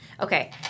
Okay